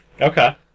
Okay